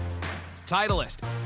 Titleist